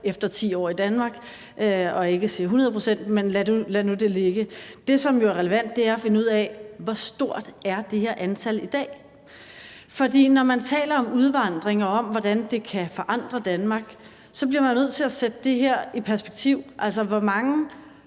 efter 10 år i Danmark, og ikke siger 100 pct., men lad nu det ligge. Det, der jo er relevant, er at finde ud af, hvor stort det her antal er i dag, for når man taler om udvandring og om, hvordan det kan forandre Danmark, bliver man nødt til at se det i et perspektiv: Hvor mange